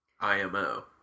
IMO